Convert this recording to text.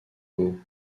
beau